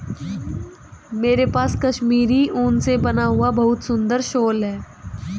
मेरे पास कश्मीरी ऊन से बना हुआ बहुत सुंदर शॉल है